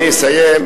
אני אסיים,